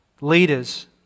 leaders